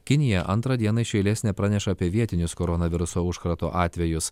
kinija antrą dieną iš eilės nepraneša apie vietinius koronaviruso užkrato atvejus